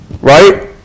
right